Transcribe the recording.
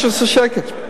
15 שקל?